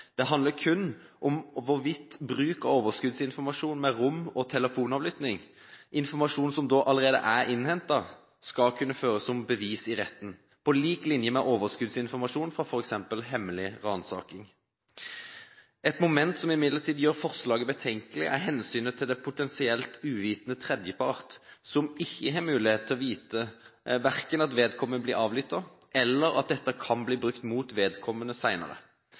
Det handler kun om hvorvidt bruk av overskuddsinformasjon ved rom- og telefonavlytting, informasjon som allerede er innhentet, skal kunne føres som bevis i retten på lik linje med overskuddsinformasjon fra f.eks. hemmelig ransaking. Et moment som imidlertid gjør forslaget betenkelig, er hensynet til den potensielt uvitende tredjepart som ikke har mulighet til å vite verken at vedkommende blir avlyttet, eller at dette kan bli brukt mot vedkommende